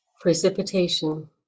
Precipitation